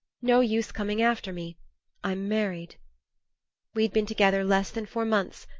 no use coming after me i'm married we'd been together less than four months,